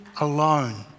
alone